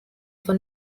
for